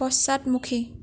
পশ্চাদমুখী